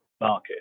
market